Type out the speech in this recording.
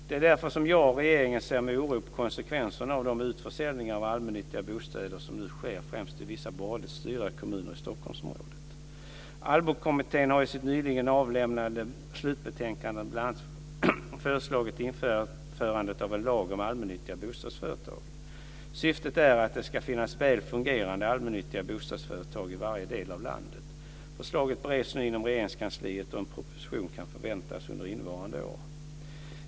Det är därför som jag och regeringen ser med oro på konsekvenserna av de utförsäljningar av allmännyttiga bostäder som nu sker främst i vissa borgerligt styrda kommuner i Stockholmsområdet. Allbokommittén har i sitt nyligen avlämnade slutbetänkande bl.a. föreslagit införande av en lag om allmännyttiga bostadsföretag. Syftet är att det ska finnas väl fungerande allmännyttiga bostadsföretag i varje del av landet. Förslaget bereds nu inom Regeringskansliet, och en proposition kan förväntas under innevarande år.